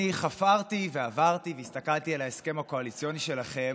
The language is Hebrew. אני חפרתי ועברתי והסתכלתי על ההסכם הקואליציוני שלכם,